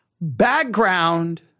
Background